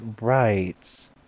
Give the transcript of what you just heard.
right